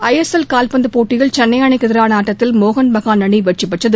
ISL காவ்பந்து போட்டியில் சென்னை அணிக்கு எதிரான ஆட்டத்தில் மோகன் பகான் அணி வெற்றி பெற்றது